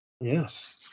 Yes